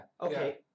Okay